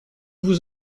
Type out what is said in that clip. vous